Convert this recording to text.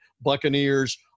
Buccaneers